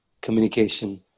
communication